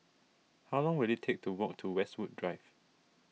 how long will it take to walk to Westwood Drive